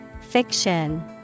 Fiction